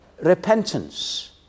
repentance